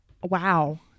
Wow